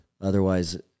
Otherwise